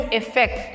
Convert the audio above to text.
effect